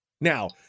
Now